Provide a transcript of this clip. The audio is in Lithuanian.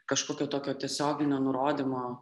kažkokio tokio tiesioginio nurodymo